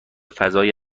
فضای